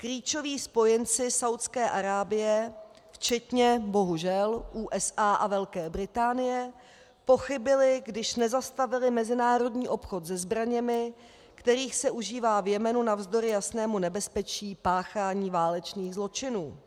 Klíčoví spojenci Saúdské Arábie včetně bohužel USA a Velké Británie pochybily, když nezastavily mezinárodní obchod se zbraněmi, kterých se užívá v Jemenu navzdory jasnému nebezpečí k páchání válečných zločinů.